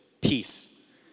Peace